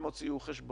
הם הוציאו חשבוניות,